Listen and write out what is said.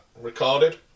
recorded